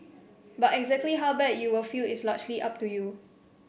but exactly how bad you will feel is largely up to you